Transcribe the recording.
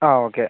ആ ഓക്കെ